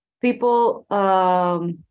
people